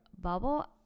bubble